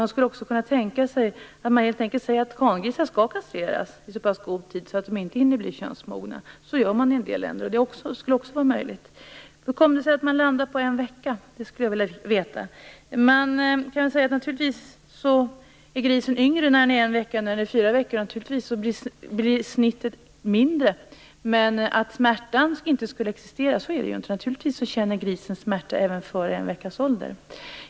Man skulle också kunna tänka sig att man helt enkelt säger att hangrisar skall kastreras i så pass god tid att de inte hinner bli könsmogna. Det skulle också vara möjligt. Hur kommer det sig att man landade på två veckor? Det skulle jag vilja veta. Naturligtvis är grisen yngre när den är två veckor än när den är fyra veckor, och naturligtvis blir snittet mindre. Men att smärtan inte skulle existera stämmer ju inte. Naturligtvis känner grisen smärta även före två veckors ålder.